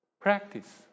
Practice